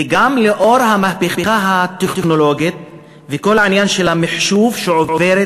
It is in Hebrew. וגם לאור המהפכה הטכנולוגית וכל העניין של המחשוב שעוברת